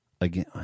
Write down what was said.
again